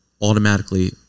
automatically